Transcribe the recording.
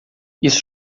isso